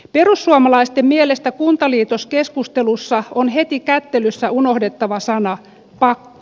perussuomalaisten mielestä kuntaliitoskeskustelussa on heti kättelyssä unohdettava sana pakko